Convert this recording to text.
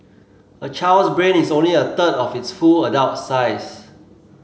a child's brain is only a third of its full adult size